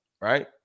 right